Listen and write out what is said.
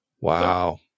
Wow